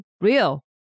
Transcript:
real